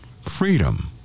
freedom